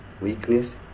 weakness